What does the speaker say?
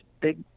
big